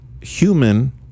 human